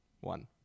One